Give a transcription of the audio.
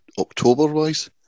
October-wise